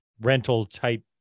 rental-type